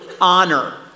honor